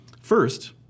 First